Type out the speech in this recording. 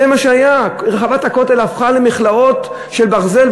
זה מה שהיה: רחבת הכותל הפכה למכלאות של ברזל,